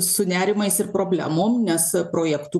su nerimais ir problemom nes projektų